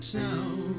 town